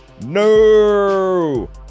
no